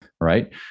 Right